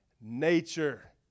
nature